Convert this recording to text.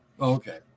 Okay